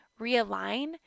realign